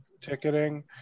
ticketing